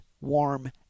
warm